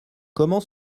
comment